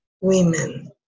women